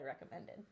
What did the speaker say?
recommended